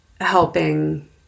helping